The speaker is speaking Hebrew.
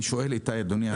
אני שואל שאלה משפטית.